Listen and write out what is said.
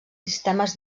sistemes